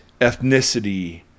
ethnicity